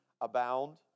abound